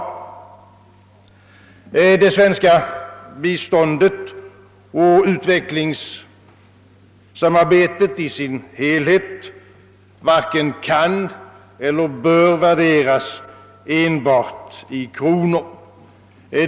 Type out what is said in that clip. Det svenska biståndet och utvecklingssamarbetet i dess helhet varken kan eller bör värderas enbart i kronor.